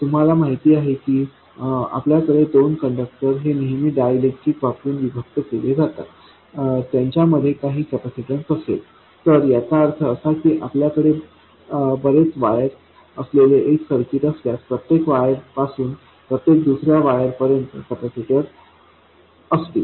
तुम्हाला माहित आहे की आपल्याकडे दोन कंडक्टर हे नेहमी डायलेक्ट्रिक वापरून विभक्त केले जातात त्यांच्या मध्ये काही कॅपेसिटीन्स असेल तर याचा अर्थ असा की आपल्याकडे बरेच वायर असलेले एक सर्किट असल्यास प्रत्येक वायर पासून प्रत्येक दुसऱ्या वायरपर्यंत कॅपेसिटर असतील